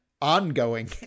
ongoing